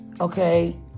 Okay